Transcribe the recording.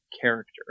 character